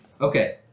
Okay